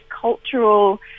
cultural